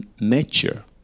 nature